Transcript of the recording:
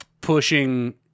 pushing